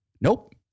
Nope